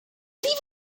leave